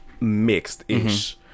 mixed-ish